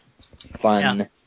fun